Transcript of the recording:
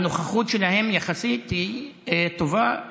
הנוכחות שלהם יחסית היא טובה,